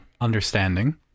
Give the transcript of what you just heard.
understanding